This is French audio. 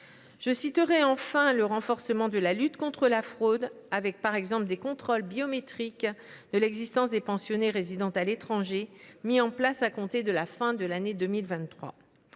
Je citerai enfin le renforcement de la lutte contre la fraude, avec notamment des contrôles biométriques de l’existence des pensionnés résidant à l’étranger mis en place à compter de la fin de l’année 2023.